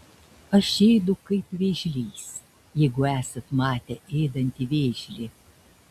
aš ėdu kaip vėžlys jeigu esat matę ėdantį vėžlį